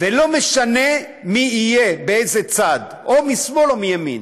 ולא משנה מי יהיה באיזה צד, או משמאל או מימין,